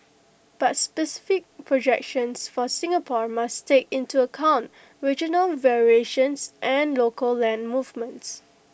but specific projections for Singapore must take into account regional variations and local land movements